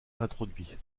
introduit